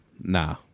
Nah